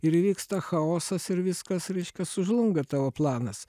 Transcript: ir įvyksta chaosas ir viskas reiškia sužlunga tavo planas